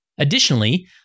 Additionally